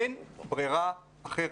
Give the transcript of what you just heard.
אין ברירה אחרת.